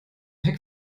heck